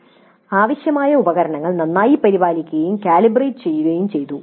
"ആവശ്യമായ ഉപകരണങ്ങൾ നന്നായി പരിപാലിക്കുകയും കാലിബ്രേറ്റ് ചെയ്യുകയും ചെയ്തു